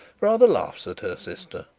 rather laughs at her sister.